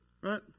Right